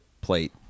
plate